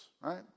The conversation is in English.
right